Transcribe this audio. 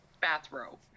bathrobe